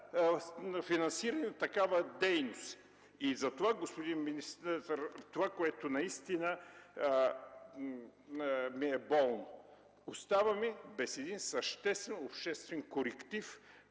финансиране на такава дейност. Затова господин министър, наистина ми е болно, че оставаме без един съществен обществен коректив,